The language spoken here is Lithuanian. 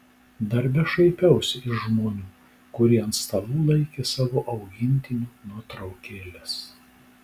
darbe šaipiausi iš žmonių kurie ant stalų laikė savo augintinių nuotraukėles